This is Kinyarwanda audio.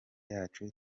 yacu